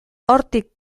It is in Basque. hortik